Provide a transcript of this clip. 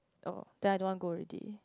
oh then I don't want go already